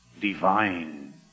Divine